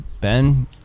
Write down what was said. Ben